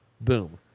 Boom